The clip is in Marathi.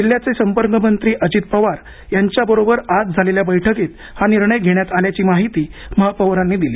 जिल्ह्याचे संपर्कमंत्री अजित पवार यांच्याबरोबर आज झालेल्या बैठकीत हा निर्णय घेण्यात आल्याची माहिती महापौरांनी दिली